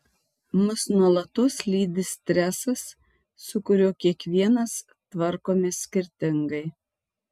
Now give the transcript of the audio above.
mus nuolatos lydi stresas su kuriuo kiekvienas tvarkomės skirtingai